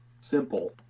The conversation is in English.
simple